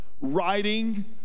writing